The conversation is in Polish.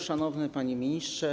Szanowny Panie Ministrze!